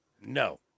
no